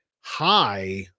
high